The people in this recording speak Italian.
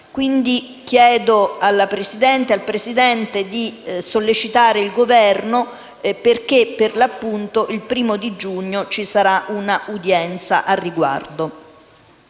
Quindi, chiedo alla Presidente di sollecitare il Governo, perché il 1° di giugno ci sarà un' udienza al riguardo.